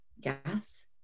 gas